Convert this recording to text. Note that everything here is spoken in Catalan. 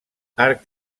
arc